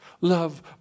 Love